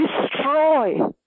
Destroy